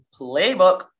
playbook